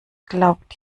glaubt